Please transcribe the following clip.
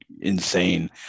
insane